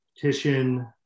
petition